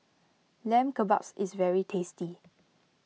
Lamb Kebabs is very tasty